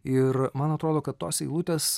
ir man atrodo kad tos eilutės